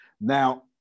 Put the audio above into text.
Now